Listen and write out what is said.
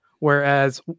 Whereas